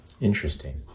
Interesting